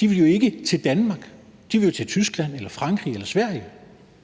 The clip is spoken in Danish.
De vil jo ikke til Danmark; de vil til Tyskland, Frankrig eller Sverige.